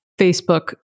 Facebook